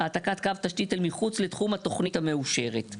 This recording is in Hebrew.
העתקת קו תשתית אל מחוץ לתחום התוכנית המאושרת.